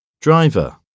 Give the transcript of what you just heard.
Driver